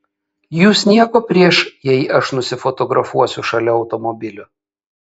jus nieko prieš jei aš nusifotografuosiu šalia automobilio